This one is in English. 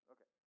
Okay